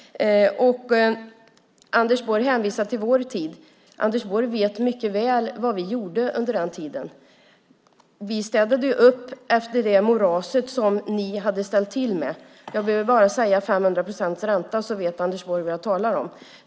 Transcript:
Anders Borg hänvisar till vår tid. Anders Borg vet mycket väl vad vi gjorde under den tiden. Vi städade upp efter det moras ni hade ställt till med. Jag behöver bara säga 500 procents ränta så vet Anders Borg vad jag talar om.